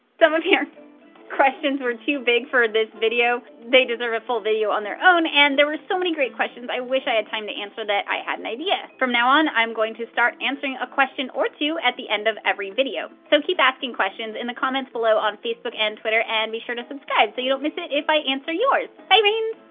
some of your questions were too big for this video they deserve a full video on their own and there were so many great questions i wish i had time to answer that i had an idea from now on i'm going to start answering a question or two, at the end of every video so keep asking questions in the comments below on facebook and twitter and be sure to subscribe so you don't miss it if i answer yours bye brains!